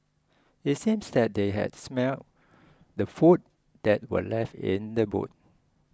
it seemed that they had smelt the food that were left in the boot